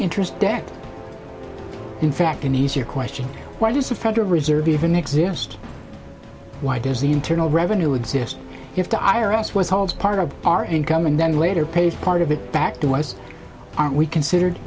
interest debt in fact an easier question why does a federal reserve even exist why does the internal revenue exist if the i r s was holes part of our income and then later pays part of it back to us aren't we considered